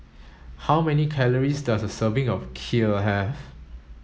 how many calories does a serving of Kheer have